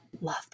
Love